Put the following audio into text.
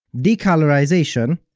decolorization,